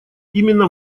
именно